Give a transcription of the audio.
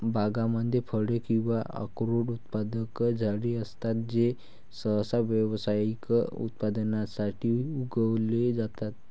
बागांमध्ये फळे किंवा अक्रोड उत्पादक झाडे असतात जे सहसा व्यावसायिक उत्पादनासाठी उगवले जातात